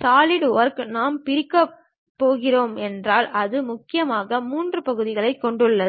SolidWorks நாம் பிரிக்கப் போகிறீர்கள் என்றால் அது முக்கியமாக 3 பகுதிகளைக் கொண்டுள்ளது